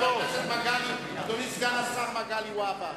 לא, אדוני סגן השר מגלי והבה.